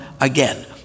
again